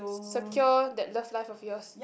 secure that love life of yours